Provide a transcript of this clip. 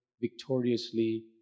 victoriously